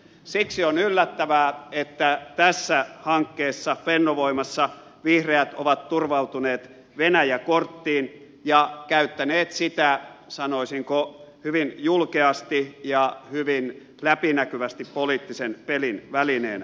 siksi on yllättävää että tässä hankkeessa fennovoimassa vihreät ovat turvautuneet venäjä korttiin ja käyttäneet sitä sanoisinko hyvin julkeasti ja hyvin läpinäkyvästi poliittisen pelin välineenä